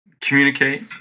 communicate